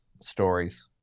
stories